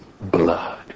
blood